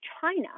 China